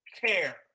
care